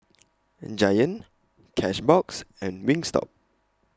Giant Cashbox and Wingstop